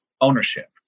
ownership